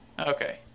Okay